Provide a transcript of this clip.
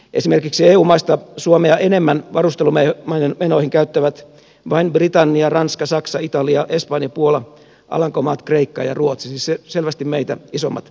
esimerkiksi eu maista suomea enemmän varustelumenoihin käyttävät vain britannia ranska saksa italia espanja puola alankomaat kreikka ja ruotsi siis selvästi meitä isommat valtiot